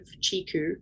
chiku